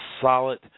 solid